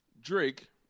Drake